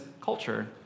culture